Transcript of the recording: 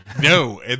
No